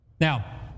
now